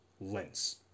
lens